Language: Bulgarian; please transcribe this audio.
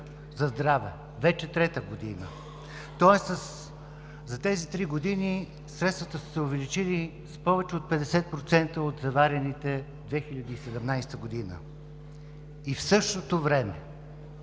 за здраве – вече трета година, тоест за три години средствата са се увеличи с повече от 50% от заварените през 2017 г. В същото време